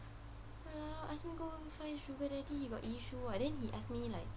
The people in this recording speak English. !walao! ask me go find sugar daddy he got issue ah then he asked me like